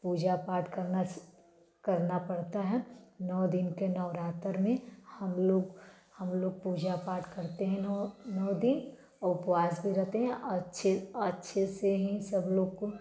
पूजा पाठ करना पड़ता है नौ दिन के नौरात्र में हम लोग हम लोग पूजा पाठ करते हैं नौ दिन और उपवास भी रखते हैं और अच्छे से अच्छे से सब